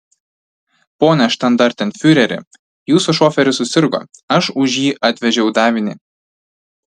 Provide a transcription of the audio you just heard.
pone štandartenfiureri jūsų šoferis susirgo aš už jį atvežiau davinį